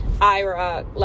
Ira